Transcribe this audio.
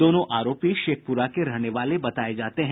दोनों आरोपी शेखपुरा के रहने वाले बताये जाते हैं